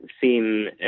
seem